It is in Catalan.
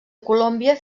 colòmbia